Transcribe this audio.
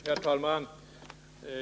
Herr talman!